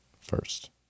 first